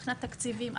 מבחינת תקציבים,